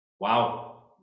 wow